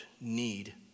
need